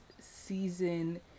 season